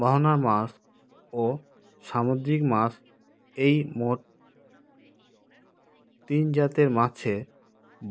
মোহনার মাছ, ও সামুদ্রিক মাছ এই মোট তিনজাতের মাছে